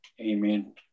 Amen